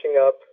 up